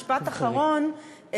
משפט אחרון,